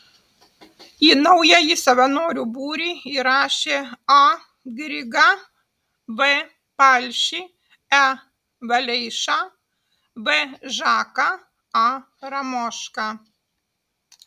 į naująjį savanorių būrį įrašė a grygą v palšį e valeišą v žaką a ramošką